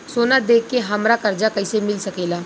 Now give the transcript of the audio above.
सोना दे के हमरा कर्जा कईसे मिल सकेला?